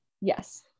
Yes